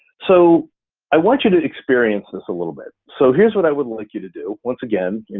so i want you to experience this a little bit. so here's what i would like you to do. once again,